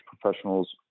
professionals